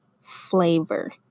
flavor